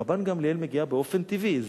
רבן גמליאל מגיע באופן טבעי.